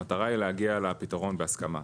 המטרה היא להגיע לפתרון בהסכמה.